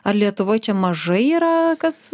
ar lietuvoj čia mažai yra kas